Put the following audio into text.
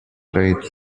trade